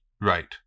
Right